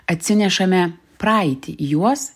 atsinešame praeitį į juos